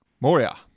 Moria